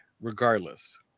regardless